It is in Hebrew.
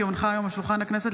כי הונחה היום על שולחן הכנסת,